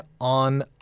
on